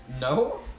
No